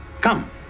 come